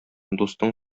дустың